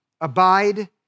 abide